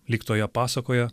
lyg toje pasakoje